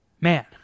Man